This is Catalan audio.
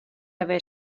haver